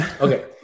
Okay